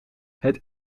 het